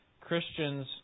Christians